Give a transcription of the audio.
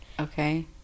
Okay